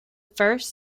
first